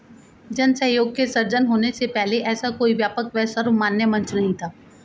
जन सहयोग के सृजन होने के पहले ऐसा कोई व्यापक व सर्वमान्य मंच नहीं था